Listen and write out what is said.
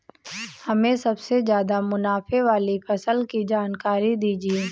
हमें सबसे ज़्यादा मुनाफे वाली फसल की जानकारी दीजिए